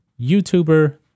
YouTuber